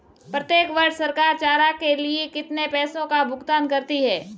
प्रत्येक वर्ष सरकार चारा के लिए कितने पैसों का भुगतान करती है?